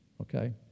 okay